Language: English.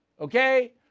Okay